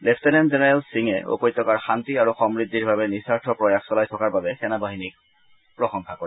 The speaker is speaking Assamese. লেফেটেনেণ্ট জেনেৰেল সিঙে উপত্যকাৰ শান্তি আৰু সমূদ্ধিৰ বাবে নিঃস্বাৰ্থ প্ৰয়াস চলাই থকাৰ বাবে সেনাবাহিনীক প্ৰশংসা কৰে